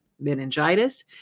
meningitis